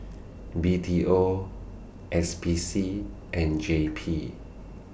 B T O S P C and J P